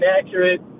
inaccurate